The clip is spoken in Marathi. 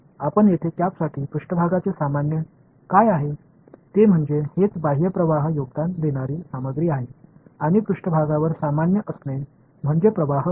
आता येथे कॅपसाठी पृष्ठभागाचे सामान्य काय आहे ते म्हणजे हेच बाह्य प्रवाहात योगदान देणारी सामग्री आहे आणि पृष्ठभागावर सामान्य असणे म्हणजे प्रवाह होय